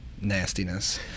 nastiness